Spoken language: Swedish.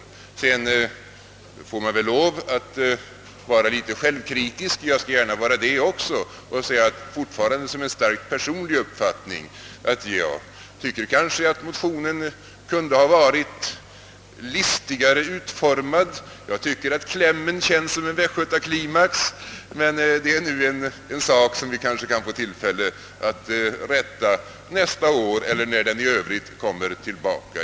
Sedan får man väl lov att vara litet självkritisk. Jag skall gärna vara det och säga — fortfarande som en starkt personlig uppfattning — att motionen kanske kunde ha varit listigare utformad. Jag tycker att klämmen kommer som en västgötaklimax, men det är en sak som vi kanske får tillfälle att rätta nästa år eller när nu förslagen på nytt framlägges.